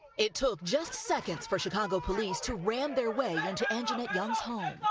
it took just seconds for chicago police to ram their way into angela young's home.